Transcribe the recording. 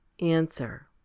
Answer